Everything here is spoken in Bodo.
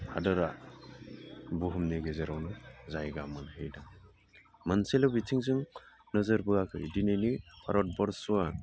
हादरा बुहुमनि गेजेरावनो जायगा मोनहैदों मोनसेल' बिथिंजों नोजोर बोआखै दिनैनि भारतबर्सआ